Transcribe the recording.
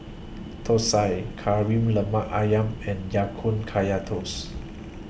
Thosai Kari Lemak Ayam and Ya Kun Kaya Toast